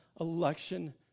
election